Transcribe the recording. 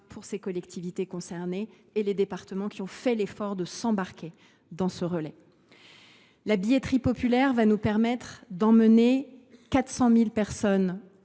pour les collectivités concernées et pour les départements qui ont fait l’effort de s’embarquer dans ce relais. La billetterie populaire va nous permettre d’emmener aux Jeux 400 000 personnes,